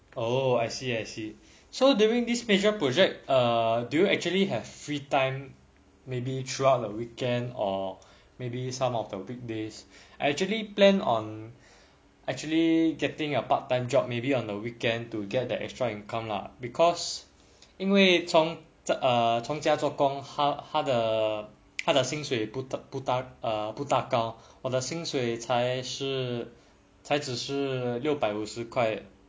oh I see I see so during these major project err do you actually have free time maybe throughout the weekend or maybe some of the weekdays actually plan on actually getting a part time job maybe on the weekend to get that extra income lah because 因为从家做工他的薪水不太高我的薪水才是六百五十块:yin wei cong jiajiegu zuo gong ta de xin shui bufoufu tai gao wo de xin shui caizai shi liulu baibomo wu shi kuaiyue